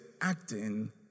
acting